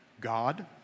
God